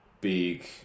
big